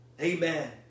amen